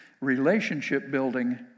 Relationship-building